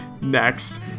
Next